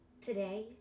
Today